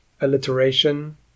alliteration